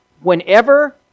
Whenever